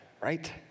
right